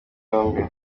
yombi